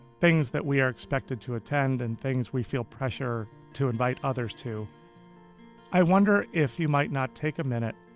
things that we are expected to attend and things we feel pressure to invite others to i wonder if you might not take a minute